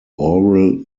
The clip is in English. oral